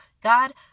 God